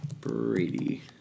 Brady